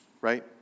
right